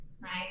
right